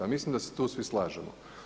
Mislim da se tu svi slažemo.